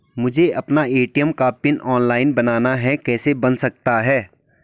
मुझे अपना ए.टी.एम का पिन ऑनलाइन बनाना है कैसे बन सकता है?